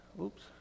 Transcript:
Oops